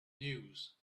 news